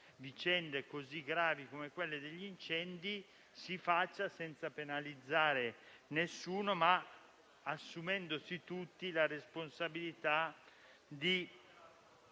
vicende così gravi come quelle degli incendi; si faccia senza penalizzare nessuno, ma assumendosi tutti la responsabilità di